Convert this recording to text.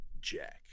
Jack